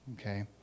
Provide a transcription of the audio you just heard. Okay